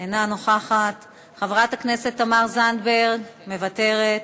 אינה נוכחת, חברת הכנסת תמר זנדברג, מוותרת,